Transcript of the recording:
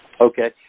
Okay